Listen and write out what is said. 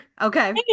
Okay